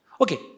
Okay